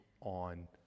on